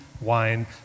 wine